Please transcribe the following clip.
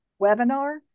webinar